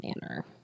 manner